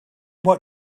what